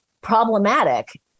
problematic